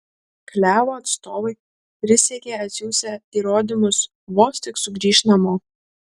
klevo atstovai prisiekė atsiųsią įrodymus vos tik sugrįš namo